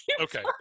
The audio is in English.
Okay